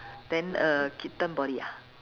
then err kitten body ah